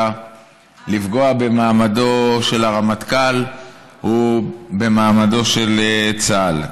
לפגוע במעמדו של הרמטכ"ל ובמעמדו של צה"ל.